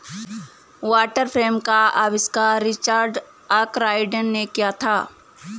water frame का आविष्कार Richard Arkwright ने किया था